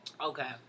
Okay